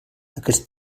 aquest